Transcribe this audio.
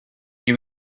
you